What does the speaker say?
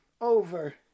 over